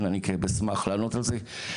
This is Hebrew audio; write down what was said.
אני אשמח לענות על זה,